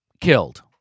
killed